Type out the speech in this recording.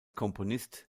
komponist